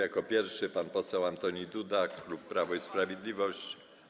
Jako pierwszy pan poseł Antoni Duda, klub Prawo i Sprawiedliwość.